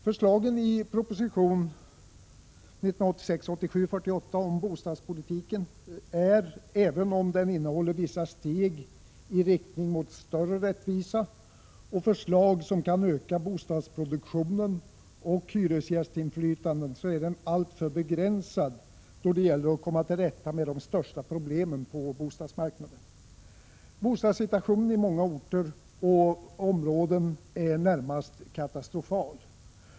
Förslagen i proposition 1986/87:48 om bostadspolitiken är — även om propositionen innehåller vissa steg i riktning mot större rättvisa och förslag som kan öka bostadsproduktionen och hyresgästinflytandet — alltför begränsade då det gäller att komma till rätta med de största problemen på bostadsmarknaden. Bostadssituationen i många orter och områden är närmast katastrofal.